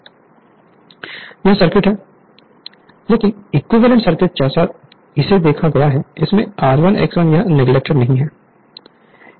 Refer Slide Time 1039 यह circuit है लेकिन इक्विवेलेंट सर्किट जैसा इसे देखा गया है इसमें R1 X1 यह नेगलेक्टेड नहीं है